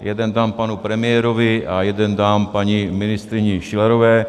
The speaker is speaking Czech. Jeden dám panu premiérovi a jeden dám paní ministryni Schillerové.